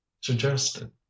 suggested